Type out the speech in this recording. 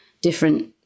different